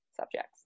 subjects